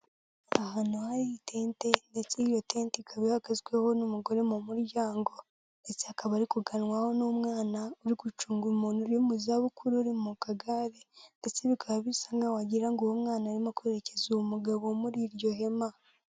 Ahantu hari itente ndetse iyo tente ikaba ihagazweho n'umugore mu muryango, ndetse akaba ari kuganwaho n'umwana uri gucunga umuntu uri mu za bukuru uri mu kagare ndetse bikaba bisa nkaho wagira ngo uwo mwana arimo kwerekeza uwo mugabo muri iryo hema.